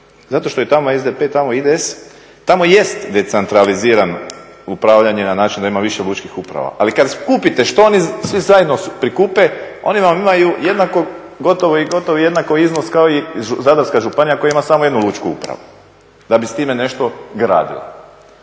Zato što je tamo SDP, tamo IDS, tamo jest decentraliziran upravljanje na način da ima više lučkih uprava. Ali kada skupite što oni svi zajedno prikupe, oni vam imaju jednako, gotovo i jednako iznos kao i Zadarska županija koja ima samo jednu lučku upravu, da bi s time nešto gradila.